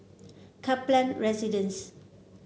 Kaplan Residence